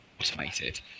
automated